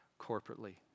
corporately